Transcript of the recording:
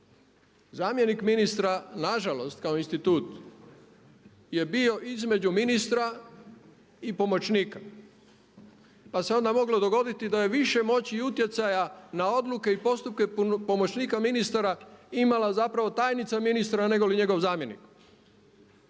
Zamjenik ministra, nažalost kao institut, je bio između ministra i pomoćnika, pa se onda moglo dogoditi da je više moći i utjecaja na odluke i postupke pomoćnika ministara imala zapravo tajnica ministra negoli njegov zamjenik.